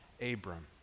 Abram